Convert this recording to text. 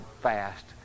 fast